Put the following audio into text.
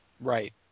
Right